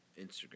Instagram